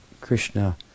Krishna